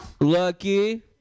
lucky